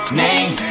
name